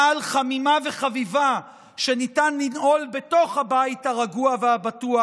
נעל חמימה וחביבה שניתן לנעול בתוך הבית הרגוע והבטוח,